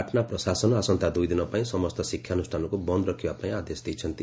ପାଟନା ପ୍ରଶାସନ ଆସନ୍ତା ଦୁଇ ଦିନ ପାଇଁ ସମସ୍ତ ଶିକ୍ଷାନୁଷ୍ଠାନକୁ ବନ୍ଦ ରଖିବା ପାଇଁ ଆଦେଶ ଦେଇଛନ୍ତି